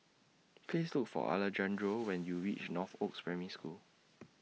Please Look For Alejandro when YOU REACH Northoaks Primary School